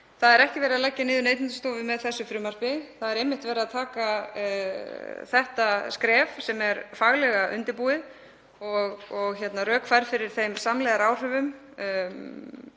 Það er ekki verið að leggja niður Neytendastofu með þessu frumvarpi. Það er einmitt verið að taka þetta skref sem er faglega undirbúið og rök færð fyrir samlegðaráhrifum